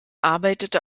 arbeitete